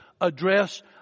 address